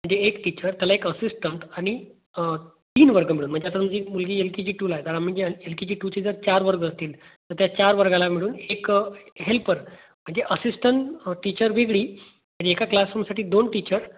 म्हणजे एक टीचर त्याला एक असिस्टंट आणि तीन वर्ग मिळून म्हणजे आता तुमची मुलगी एल के जी टूला आहे त्या म्हणजे एल के जी टूचे जर चार वर्ग असतील तर त्या चार वर्गाला मिळून एक हेल्पर म्हणजे असिस्टंट टीचर वेगळी आणि एका क्लासरूमसाठी दोन टीचर